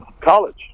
college